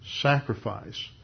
sacrifice